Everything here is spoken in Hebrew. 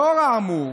לאור האמור,